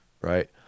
right